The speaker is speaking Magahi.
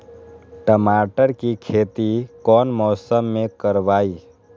टमाटर की खेती कौन मौसम में करवाई?